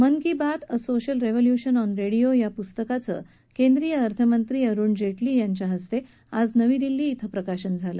मन ki Baat a social revolution on radio या पुस्तकाचं केंद्रीय अर्थमंत्री अरुण जेटली यांच्या हस्ते आज नवी दिल्ली इथं प्रकाशन झालं